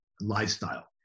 lifestyle